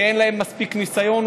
שאין להם מספיק ניסיון,